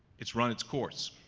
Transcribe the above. it's run its course.